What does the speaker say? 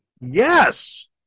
Yes